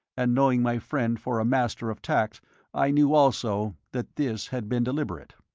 and knowing my friend for a master of tact i knew also that this had been deliberate,